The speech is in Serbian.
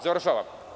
Završavam.